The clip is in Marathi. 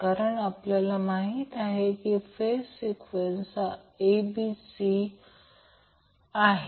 कारण आपल्याला माहिती आहे फेज सिक्वेन्स हा ABC आहे